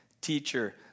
Teacher